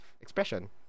expression